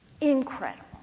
Incredible